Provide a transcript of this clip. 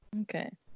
Okay